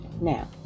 Now